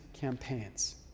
campaigns